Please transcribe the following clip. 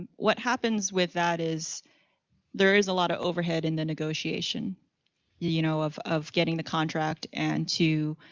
what happens with that is there is a lot of overhead in the negotiation you know, of of getting the contract and to